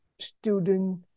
student